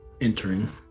entering